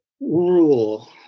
rule